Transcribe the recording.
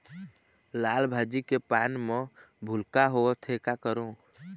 लाल भाजी के पान म भूलका होवथे, का करों?